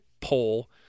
poll